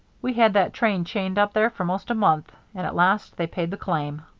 we had that train chained up there for most a month, and at last they paid the claim.